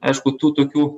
aišku tų tokių